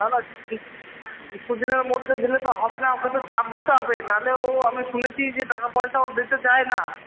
না না কী কিছু দিনের মধ্যে দিলে তো হবে না ওকে তো চাপ দিতে হবে নাহলে ও আমি শুনেছি যে টাকা পয়সা ও দিতে চায় না